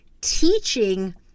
teaching